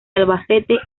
albacete